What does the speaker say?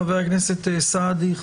חבר הכנסת סעדי?